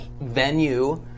venue